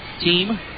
team